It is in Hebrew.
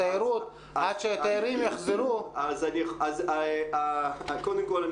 התיירות עד שהתיירים יחזרו --- קודם כל,